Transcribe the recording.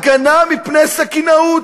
הגנה מפני סכינאות,